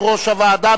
יושב-ראש הוועדה.